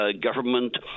government